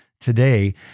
today